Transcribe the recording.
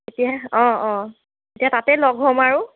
তেতিয়াহে অঁ অঁ তেতিয়া তাতে লগ হ'ম আৰু